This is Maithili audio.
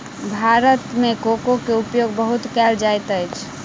भारत मे कोको के उपयोग बहुत कयल जाइत अछि